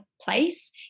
place